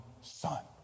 son